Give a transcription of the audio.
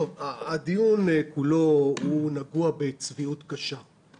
הדיון כולו נגוע בצביעות קשה.